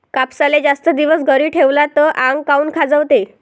कापसाले जास्त दिवस घरी ठेवला त आंग काऊन खाजवते?